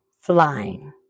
flying